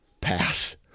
pass